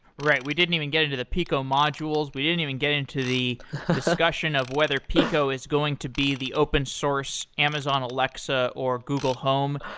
right. we didn't even get into the peeqo module. we didn't even get into the discussion of whether peeqo is going to be the open source amazon alexa or google home.